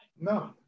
No